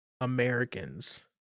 Americans